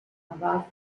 aber